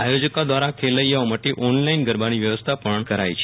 આયોજકો દ્રારા પ્રૈલેયાઓ માટે ઓનલાઈન ગરબાની વ્યવસ્થા પણ કરાઈ છે